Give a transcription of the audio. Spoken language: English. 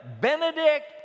Benedict